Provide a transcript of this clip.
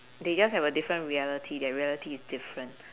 they just have a different reality their reality is different